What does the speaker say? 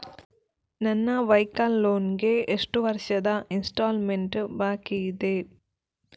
ನನ್ನ vehicle loan ಗೆ ಎಷ್ಟು ವರ್ಷದ ಇನ್ಸ್ಟಾಲ್ಮೆಂಟ್ ಬಾಕಿ ಇದೆ?